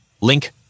Link